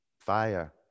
fire